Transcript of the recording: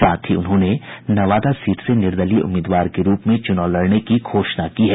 साथ ही उन्होंने नवादा सीट से निर्दलीय उम्मीदवार के रूप में चूनाव लड़ने की घोषणा की है